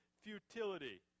futility